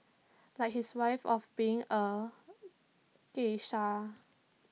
like his wife of being A geisha